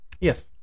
Yes